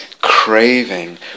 craving